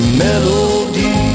melody